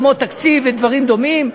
כמו תקציב ודברים דומים,